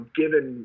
given